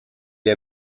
est